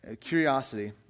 Curiosity